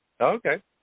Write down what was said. Okay